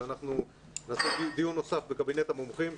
שאנחנו נעשה דיון נוסף בקבינט המומחים,